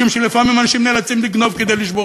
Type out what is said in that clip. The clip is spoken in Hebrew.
משום שלפעמים אנשים נאלצים לגנוב כדי לשבור,